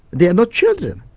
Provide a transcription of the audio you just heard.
they are not children,